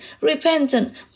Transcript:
repentant